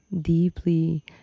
deeply